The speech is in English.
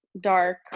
dark